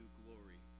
glory